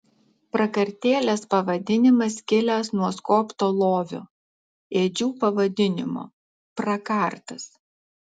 prakartėlės pavadinimas kilęs nuo skobto lovio ėdžių pavadinimo prakartas